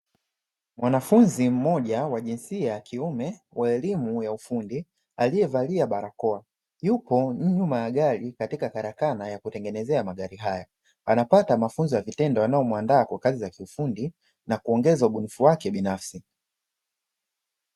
Mwanafunzi mmoja wa jinsia ya kiume wa elimu ya ufundi aliyevalia barakoa yupo nyuma ya gari katika karakana ya kurengenezea magari hayo, anapata mafunzo ya vitendo yanayomuandaa kwa kazi za kiufundi na kuongeza ubunifu wake binafsi.